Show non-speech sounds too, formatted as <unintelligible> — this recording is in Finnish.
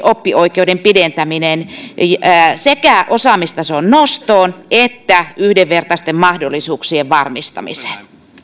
<unintelligible> oppioikeuden pidentäminen olisi parempi vaihtoehto sekä osaamistason nostoon että yhdenvertaisten mahdollisuuksien varmistamiseen